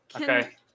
Okay